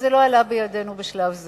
אבל זה לא עלה בידנו בשלב זה.